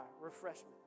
Refreshment